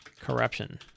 corruption